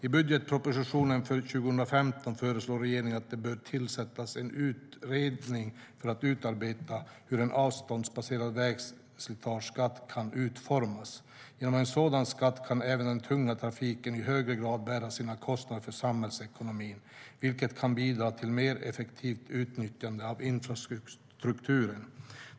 I budgetpropositionen för 2015 föreslår regeringen att det tillsätts en utredning för att utreda hur en avståndsbaserad vägslitageskatt kan utformas. Genom en sådan skatt kan även den tunga trafiken i högre grad bära sina kostnader för samhällsekonomin, vilket kan bidra till ett mer effektivt utnyttjande av infrastrukturen.